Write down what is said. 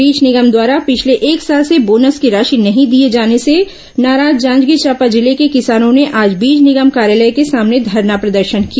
बीज निगम द्वारा पिछले एक साल से बोनस की राशि नहीं दिए जाने से नाराज जांजगीर चांपा जिले को किसानों ने आज बीज निगम कार्यालय के सामने धरना प्रदर्शन किया